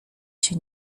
się